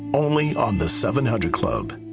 only on the seven hundred club.